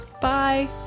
Bye